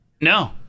no